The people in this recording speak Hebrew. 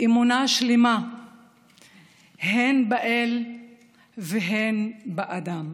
אמונה שלמה הן באל והן באדם.